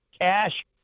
Cash